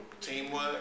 Teamwork